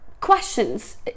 questions